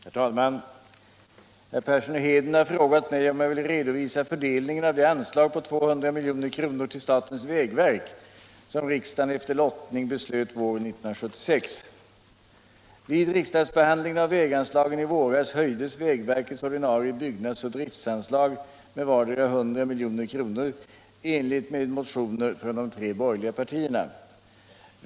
Herr talman! Herr Persson i Heden har frågat mig om jag vill redovisa fördelningen av det extra anslag på 200 milj.kr. till statens vägverk som riksdagen efter lottning beslöt våren 1976. Vid riksdagsbehandlingen av väganslagen i våras höjdes vägverkets ordinarie byggnadsoch driftanslag med vardera 100 milj.kr. i enlighet med motioner från de tre borgerliga partierna.